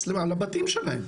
מצלמה על הבתים שלהם.